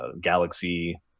Galaxy